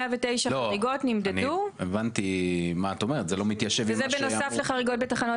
109 חריגות נמדדו וזה בנוסף לחריגות בתחנות